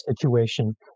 situation